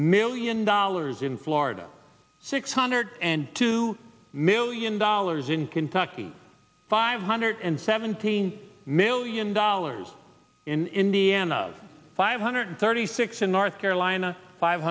million dollars in florida six hundred and two million dollars in kentucky five hundred and seventeen million dollars in indiana five hundred thirty six in north carolina five